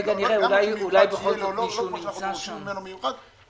גם אם --- לא שאנחנו מבקשים ממנו במיוחד,